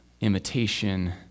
imitation